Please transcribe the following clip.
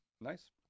Nice